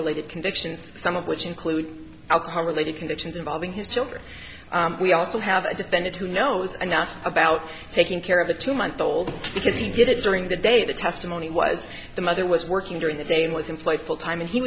related convictions some of which include alcohol related convictions involving his children we also have a defendant who knows and not about taking care of a two month old because he did it during the day the testimony was the mother was working during the day and was employed full time and he